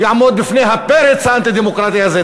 יעמוד בפני הפרץ האנטי-דמוקרטי הזה.